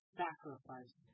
sacrifice